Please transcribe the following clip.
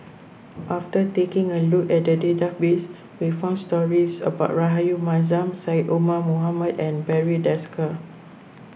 after taking a look at the database we found stories about Rahayu Mahzam Syed Omar Mohamed and Barry Desker